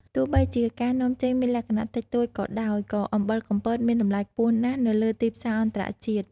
ទោះបីជាការនាំចេញមានលក្ខណៈតិចតួចក៏ដោយក៏អំបិលកំពតមានតម្លៃខ្ពស់ណាស់នៅលើទីផ្សារអន្តរជាតិ។